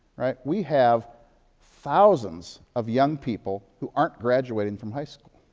we have thousands of young people who aren't graduating from high school